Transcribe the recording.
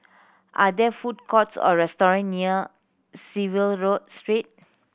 are there food courts or restaurant near Clive Road Street